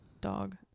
dog